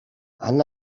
and